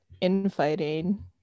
infighting